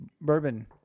bourbon